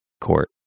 court